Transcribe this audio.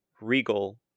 Regal